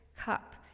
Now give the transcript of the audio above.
cup